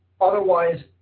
otherwise